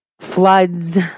floods